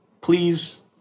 Please